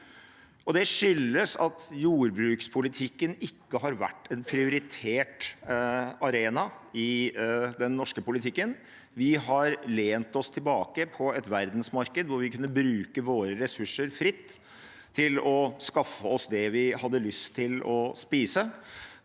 Det skyldes at jordbrukspolitikken ikke har vært en prioritert arena i den norske politikken. Vi har lent oss på et verdensmarked hvor vi kunne bruke våre ressurser fritt til å skaffe oss det vi hadde lyst til å spise,